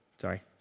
Sorry